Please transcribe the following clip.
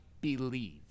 believe